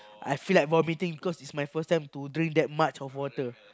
I feel like vomiting because it's my first time to drink that much of water